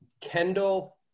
Kendall